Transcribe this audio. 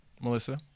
Melissa